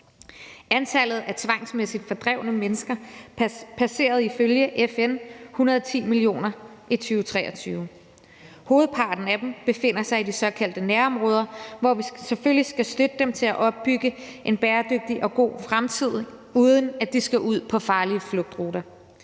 Antallet at tvangsmæssigt fordrevne mennesker passerede ifølge FN 110 millioner i 2023. Hovedparten af dem befinder sig i de såkaldte nærområder, hvor vi selvfølgelig skal støtte dem til at opbygge en bæredygtig og god fremtid, uden at de skal ud på farlige flugtruter.